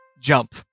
jump